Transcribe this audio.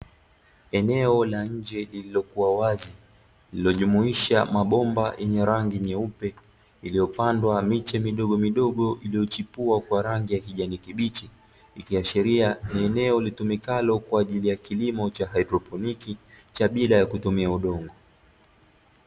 Eneo la nje lililokuwa wazi lililojumuisha mabomba yenye rangi nyeupe, iliyopandwa miche midogomidogo iliyochipua kwa rangi ya kijani kibichi, ikiashiria ni eneo litumikalo kwa ajili ya kilimo cha haidroponiki, cha bila ya kutumia udongo.